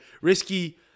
risky